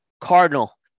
Cardinal